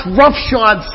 roughshod